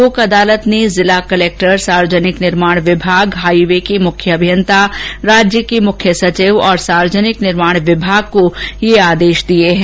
लोक अदालत ने जिला कलेक्टर सार्वजनिक निर्माण विभाग हाईवे के मुख्य अभियंता राज्य के मुख्य सचिव और सार्वजनिक निर्माण विभाग को ये आदेश दिए हैं